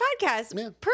podcast